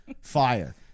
fire